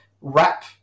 wrap